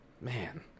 Man